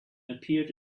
appeared